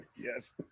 Yes